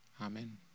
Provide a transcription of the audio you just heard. Amen